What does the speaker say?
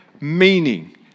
meaning